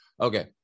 okay